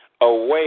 away